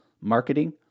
Marketing